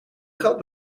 geld